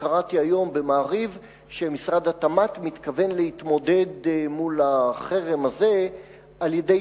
קראתי היום ב"מעריב" שמשרד התמ"ת מתכוון להתמודד מול החרם הזה על-ידי